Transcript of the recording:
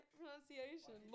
pronunciation